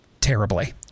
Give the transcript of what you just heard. terribly